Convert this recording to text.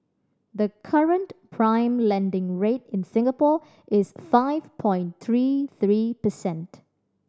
the current prime lending rate in Singapore is five point three three percent